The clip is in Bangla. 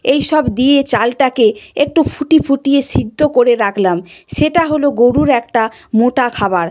এই সব দিয়ে চালটাকে একটু ফুটিয়ে ফুটিয়ে সিদ্ধ করে রাখলাম সেটা হল গরুর একটা মোটা খাবার